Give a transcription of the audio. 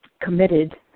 committed